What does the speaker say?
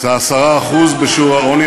זה 10% בשיעור העוני,